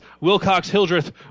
Wilcox-Hildreth